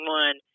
one